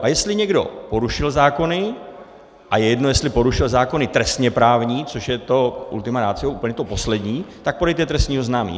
A jestli někdo porušil zákony, a je jedno, jestli porušil zákony trestněprávní, což je to ultima ratio, úplně to poslední, tak podejte trestní oznámení.